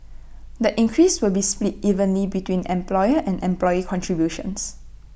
the increase will be split evenly between employer and employee contributions